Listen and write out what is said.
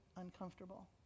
uncomfortable